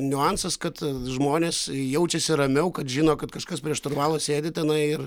niuansas kad žmonės jaučiasi ramiau kad žino kad kažkas prie šturvalo sėdi tenai ir